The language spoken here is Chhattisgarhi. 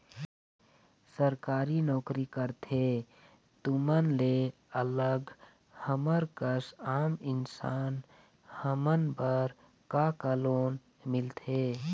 सरकारी नोकरी करथे तुमन ले अलग हमर कस आम इंसान हमन बर का का लोन मिलथे?